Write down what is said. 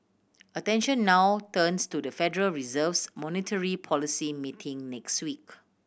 attention now turns to the Federal Reserve's monetary policy meeting next week